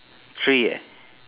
three eh